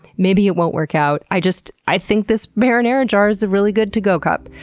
maybe it won't work out. i just, i think this marinara jar's a really good to-go cup.